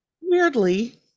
Weirdly